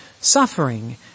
suffering